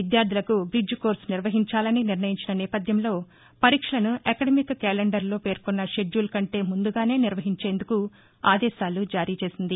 విద్యార్థులకు bridge course నిర్వహించాలని నిర్ణయించిన నేపథ్యంలో పరీక్షలను అకడమిక్ కేలండర్లో పేర్కొన్న షెడ్యూల్ కంటే ముందుగానే నిర్వహించేందుకు ఆదేశాలు జారీ చేసింది